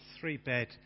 three-bed